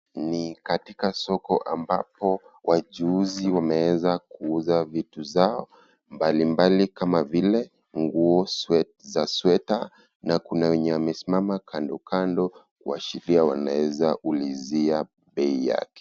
Ni katika soko ambapo wachuuzi wameeza kuuza vitu zao mbalimbali kama vile nguo za sweta na kuna wenye wamesimama kando kando kuashiria wanaeza ulizia bei yake.